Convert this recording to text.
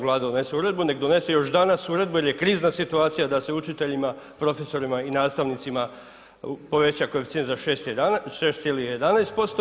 Vlada donese uredbu, neka donese još danas uredbu jer je krizna situacija da se učiteljima, profesorima i nastavnicima poveća koeficijent za 6,11%